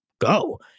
go